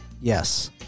Yes